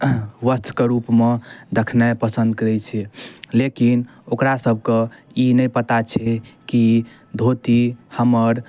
वस्त्रके रूपमे देखनाइ पसन्द करै छै लेकिन ओकरा सभके ई नहि पता छै कि धोती हमर